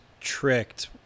tricked